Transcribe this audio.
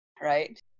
Right